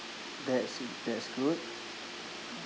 that's it that's good